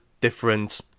different